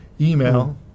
Email